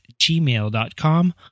gmail.com